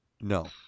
No